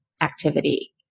activity